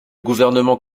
gouvernement